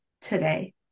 today